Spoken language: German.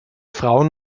frauen